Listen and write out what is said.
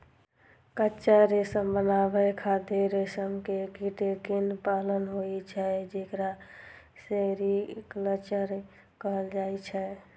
कच्चा रेशम बनाबै खातिर रेशम के कीट कें पालन होइ छै, जेकरा सेरीकल्चर कहल जाइ छै